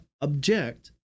object